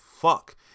fuck